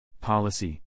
Policy